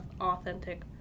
authentic